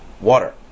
water